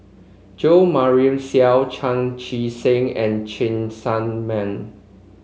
Jo Marion Seow Chan Chee Seng and Cheng Tsang Man